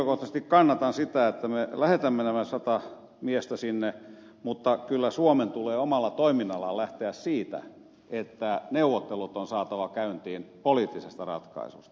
henkilökohtaisesti kannatan sitä että me lähetämme nämä sata miestä sinne mutta kyllä suomen tulee omalla toiminnallaan lähteä siitä että neuvottelut on saatava käyntiin poliittisesta ratkaisusta